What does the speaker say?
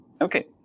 Okay